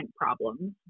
problems